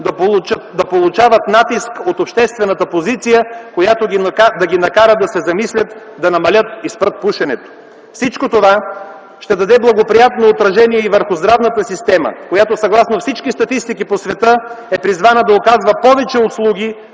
да получават натиск от обществената позиция, която да ги накара да се замислят да намалят и спрат пушенето. Всичко това ще даде благоприятно отражение и върху здравната система, която съгласно всички статистики по света е призвана да оказва повече услуги